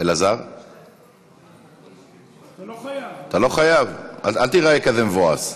אתה לא חייב, אל תיראה כזה מבואס,